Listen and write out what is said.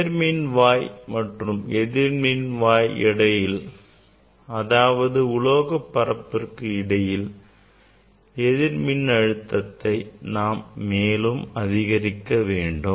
நேர்மின்வாய் மற்றும் எதிர்மின்வாய் இடையில் அதாவது உலோகப் பரப்புக்கும் இடையே எதிர் மின்னழுத்தத்தை நாம் மேலும் அதிகரிக்க வேண்டும்